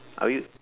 are we